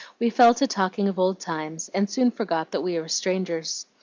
we fell to talking of old times, and soon forgot that we were strangers.